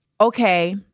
okay